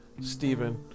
Stephen